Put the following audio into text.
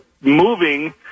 moving